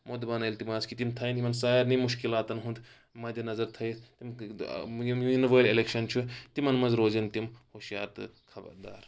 مودبانہٕ اِلتماس کہِ تِم تھاون یِمن سارنٕے مُشکِلاتَن ہُند مَدِ نَظر تھٲیِتھ یِم یِنہٕ وٲلۍ اِلیٚکشن چھِ تِمَن منز روزَن تِم ہوشیار تہٕ خَبَردار